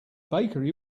bakery